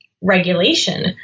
regulation